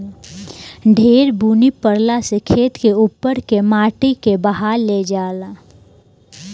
ढेर बुनी परला से खेत के उपर के माटी के बहा ले जाला